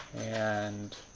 and